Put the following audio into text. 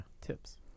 tips